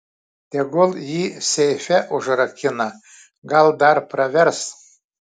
tegul jį seife užrakina gal dar pravers